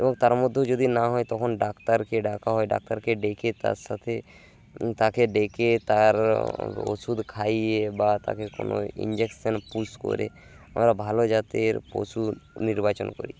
এবং তার মধ্যেও যদি না হয় তখন ডাক্তারকে ডাকা হয় ডাক্তারকে ডেকে তার সাথে তাকে ডেকে তার ওষুধ খাইয়ে বা তাকে কোনো ইঞ্জেকশান পুষ করে আমরা ভালো জাতের পশু নির্বাচন করি